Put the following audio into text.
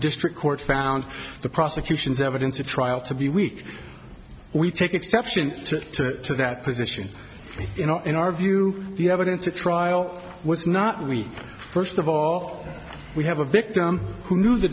district court found the prosecution's evidence a trial to be weak we take exception to that position you know in our view the evidence at trial was not we first of all we have a victim who knew the